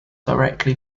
directly